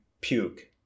puke